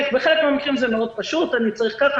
בחלק מן המקרים זה פשוט מאוד: אני צריך לעשות כך,